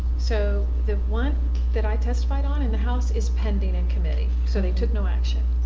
so the one that i testified on in the house is pending in committee. so they took no action.